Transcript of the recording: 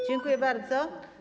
Dziękuję bardzo.